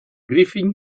griffin